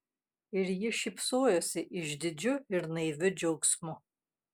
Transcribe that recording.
ir ji šypsojosi išdidžiu ir naiviu džiaugsmu